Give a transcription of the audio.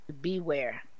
beware